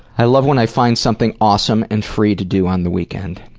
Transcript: i love when i find something awesome and free to do on the weekend.